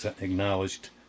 acknowledged